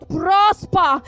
prosper